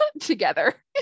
together